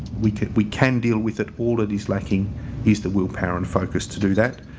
we can we can deal with it. all that is lacking is the willpower and focus to do that.